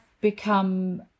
become